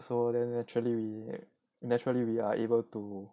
so then naturally we naturally we are able to